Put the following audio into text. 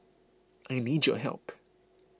I need your help